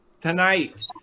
tonight